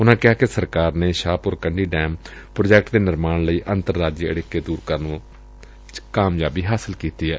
ਉਨਾਂ ਕਿਹਾ ਕਿ ਸਰਕਾਰ ਨੇ ਸ਼ਾਹਪੁਰ ਕੰਢੀ ਡੈਮ ਪ੍ਰਾਜੈਕਟ ਦੇ ਨਿਰਮਾਣ ਲਈ ਅੰਤਰਰਾਜੀ ਅੜਿਕੇ ਦੁਰ ਕਰਨ ਚ ਕਾਮਯਾਬੀ ਹਾਸਲ ਕੀਤੀ ਏ